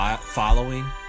following